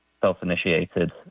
self-initiated